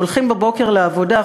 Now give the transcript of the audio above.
הולכים בבוקר לעבודה,